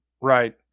Right